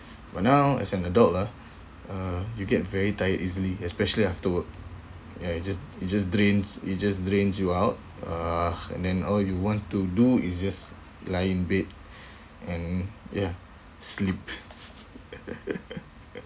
but now as an adult lah uh you get very tired easily especially after work ya it just it just drains it just drains you out uh and then all you want to do is just lie in bed and ya sleep